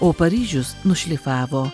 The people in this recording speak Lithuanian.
o paryžius nušlifavo